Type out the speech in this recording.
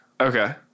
Okay